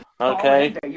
Okay